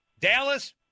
Dallas